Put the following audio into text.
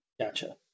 Gotcha